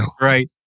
Right